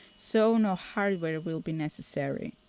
so no hardware will be necessary.